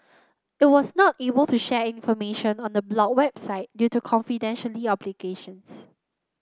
it was not able to share information on the blocked website due to confidentiality obligations